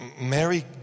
Mary